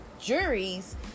juries